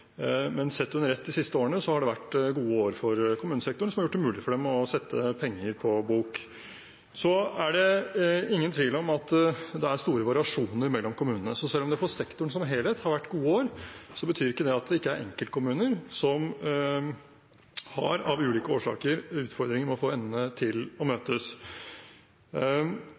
men sett under ett de siste årene har det vært gode år for kommunesektoren, som har gjort det mulig for dem å sette penger på bok. Så er det ingen tvil om at det er store variasjoner mellom kommunene, så selv om det for sektoren som helhet har vært gode år, er det enkeltkommuner som av ulike årsaker har utfordringer med å få endene til å møtes.